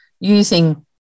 using